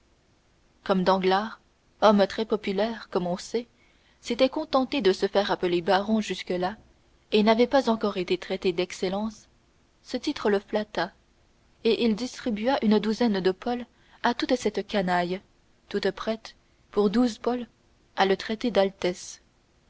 comme danglars homme très populaire comme on sait s'était contenté de se faire appeler baron jusque-là et n'avait pas encore été traité d'excellence ce titre le flatta et il distribua une douzaine de pauls à toute cette canaille toute prête pour douze autres pauls à le traiter d'altesse